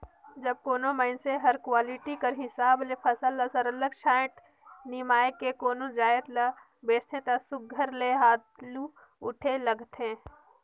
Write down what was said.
जब कोनो मइनसे हर क्वालिटी कर हिसाब ले फसल ल सरलग छांएट निमाएर के कोनो जाएत ल बेंचथे ता सुग्घर ले हालु उठे लगथे